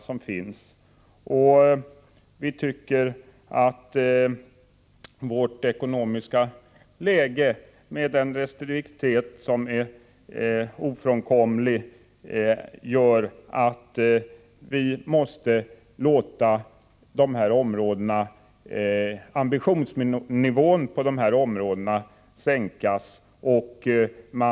Den restriktivitet som är ofrånkomlig i vårt ekonomiska läge gör att vi måsta sänka ambitionsnivån när det gäller de här områdena.